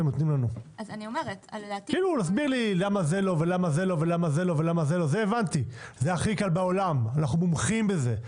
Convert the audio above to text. למה זה לא וזה לא - אנחנו מומחים בזה.